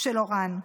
של אוראן.